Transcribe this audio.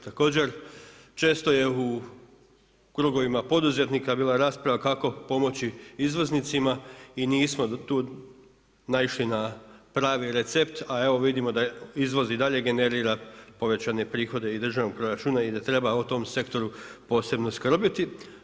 Također često je u krugovima poduzetnika bila rasprava kako pomoći izvoznicima i nismo tu naišli na pravi recept, a evo vidimo da izvoz i dalje generira povećane prihode i državnog proračuna i da treba o tom sektoru posebno skrbiti.